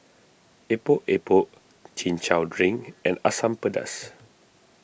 Epok Epok Chin Chow Drink and Asam Pedas